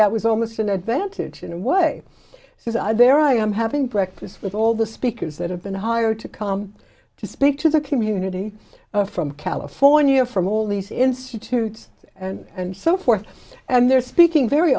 that was almost an advantage in a way so there i am having breakfast with all the speakers that have been hired to come to speak to the community from california from all these institutes and so forth and they're speaking very